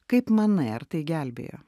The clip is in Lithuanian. kaip manai ar tai gelbėjo